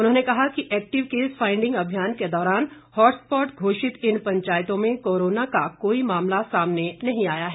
उन्होंने कहा कि एक्टिव केस फायंडिंग अभियान के दौरान हॉटस्पॉट घोषित इन पंचायतों में कोरोना का कोई मामला सामने नहीं आया है